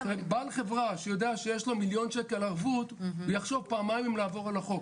בעל חברה שיודע שיש לו מיליון שקל ערבות יחשוב פעמים אם לעבור על החוק.